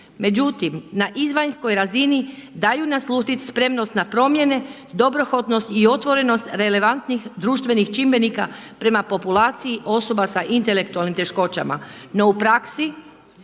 Međutim, na izvanjskoj razini daju naslutiti spremnost na promjene, dobrohotnost i otvorenost relevantnih društvenih čimbenika prema populaciji osoba sa intelektualnim teškoćama.